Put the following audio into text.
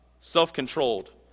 self-controlled